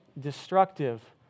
destructive